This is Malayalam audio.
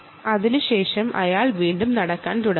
അതിനുശേഷം അയാൾ വീണ്ടും നടക്കാൻ തുടങ്ങുന്നു